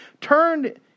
turned